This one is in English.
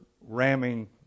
ramming